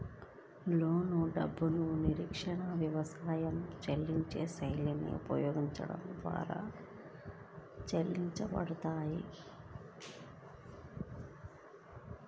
లోను డబ్బులు నిర్దిష్టవ్యవధిలో చెల్లింపులశ్రేణిని ఉపయోగించడం ద్వారా తిరిగి చెల్లించబడతాయి